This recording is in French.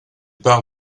part